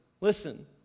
listen